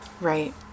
right